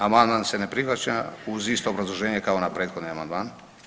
Amandman se ne prihvaća uz isto obrazloženje kao na prethodni amandman.